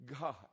God